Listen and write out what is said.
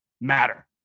matter